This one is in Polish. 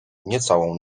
niecałą